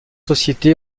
sociétés